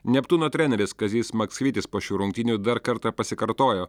neptūno treneris kazys maksvytis po šių rungtynių dar kartą pasikartojo